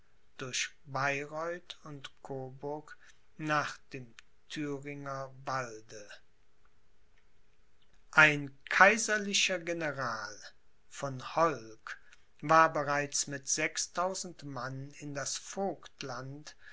durch baireuth und koburg nach dem thüringer walde ein kaiserlicher general von holk war bereits mit sechstausend mann in das